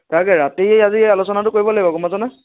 তাকে ৰাতি আজি আলোচনাটো কৰিব লাগিব গম পাইছনে